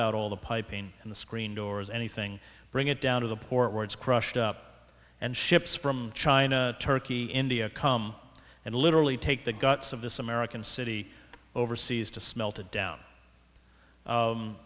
out all the piping and the screen doors anything bring it down to the port boards crushed up and ships from china turkey india come and literally take the guts of this american city overseas to smelt it down